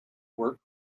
work